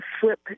flip